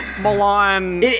Milan